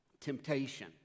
temptation